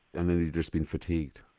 and then you'd just be fatigued?